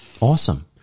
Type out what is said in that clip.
Awesome